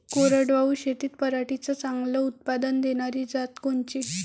कोरडवाहू शेतीत पराटीचं चांगलं उत्पादन देनारी जात कोनची?